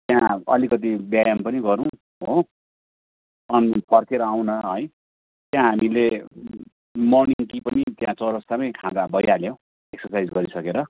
त्यहाँ अलिकति व्यायाम पनि गरौँ हो अनि फर्केर आउँ न है त्यहाँ हामीले मर्निङ टी पनि त्यहाँ चौरस्तामै खाँदा भइहाल्यो एक्ससाइज गरिसकेर